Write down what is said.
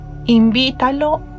Invítalo